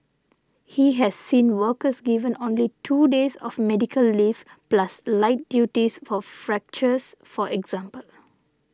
he has seen workers given only two days of medical leave plus light duties for fractures for example